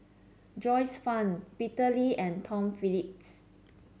Joyce Fan Peter Lee and Tom Phillips